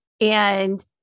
And-